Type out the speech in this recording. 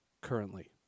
currently